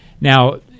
Now